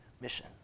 mission